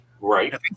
Right